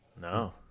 No